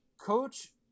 Coach